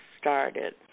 started